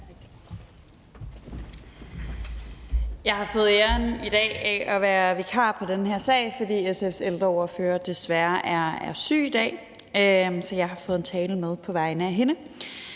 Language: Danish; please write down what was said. Jeg har fået den ære i dag at være vikar på den her sag, fordi SF's ældreordfører desværre er syg. Så jeg har fået en tale med på vegne af hende.